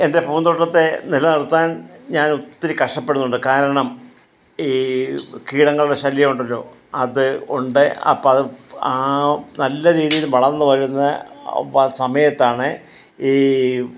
എൻ്റെ പൂന്തോട്ടത്തെ നിലനിർത്താൻ ഞാൻ ഒത്തിരി കഷ്ടപ്പെടുന്നുണ്ട് കാരണം ഈ കീടങ്ങളുടെ ശല്യം ഉണ്ടല്ലോ അത് ഉണ്ട് അപ്പം ആ നല്ല രീതിയിൽ വളർന്ന് വരുന്ന സമയത്താണ് ഈ